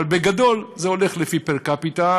אבל בגדול זה הולך לפי פר-קפיטה.